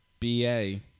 BA